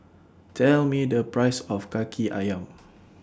Tell Me The Price of Kaki Ayam